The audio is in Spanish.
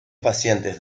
pacientes